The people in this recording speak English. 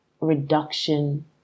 reduction